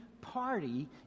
party